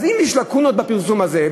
אז אם יש לקונות בפרסום הזה,